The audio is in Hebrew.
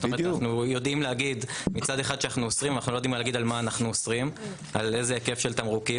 אנחנו יודעים לומר שאנו אוסרים אבל לא יודעים לומר על איזה היקף תמרוקים